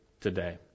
today